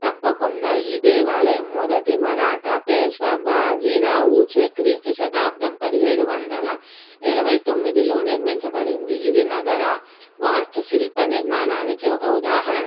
తప్పకుండా ఈ దేవాలయం మొదటి మరాఠా పేష్వా బాజీ రావుచే క్రీస్తు శతాబ్దం పదిహేడు వందల ఇరవై తొమ్మిదిలో నిర్మించబడింది ఇది నగర వాస్తు శిల్ప నిర్మాణానికి ఒక ఉదాహరణ